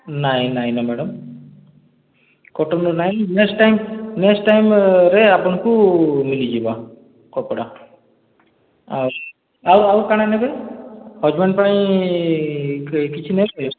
ନାଇଁ ନାଇଁ ନା ମ୍ୟାଡ଼ାମ୍ କଟନ୍ ର ନାଇଁ ନେକ୍ସଟ୍ ଟାଇମ୍ ନେକ୍ସଟ୍ ଟାଇମ୍ରେ ଆପଣ୍ଙ୍କୁ ମିଲିଯିବା କପ୍ଡ଼ା ଆଉ ଆଉ କା'ଣା ନେବେ ହଜ୍ବେଣ୍ଡ୍ ପାଇଁ କିଛି ନେବେ